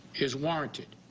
is warranted.